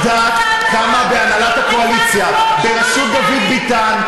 את יודעת כמה בהנהלת הקואליציה בראשות דוד ביטן,